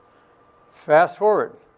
fast forward.